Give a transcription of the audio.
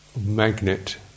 magnet